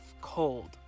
cold